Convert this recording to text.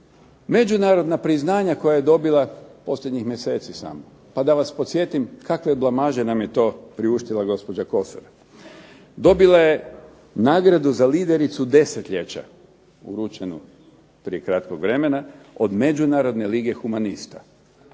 međunarodna priznanja koja je dobila posljednjih mjeseci samo. Pa da vas podsjetim kakve blamaže nam je to priuštila gospođa Kosor. Dobila je nagradu za lidericu desetljeća uručenu prije kratkog vremena od međunarodne lige humanista.